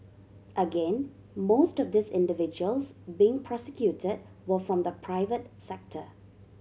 again most of these individuals being prosecuted were from the private sector